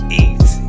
easy